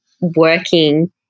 working